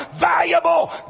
valuable